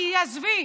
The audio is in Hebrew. כי, עזבי.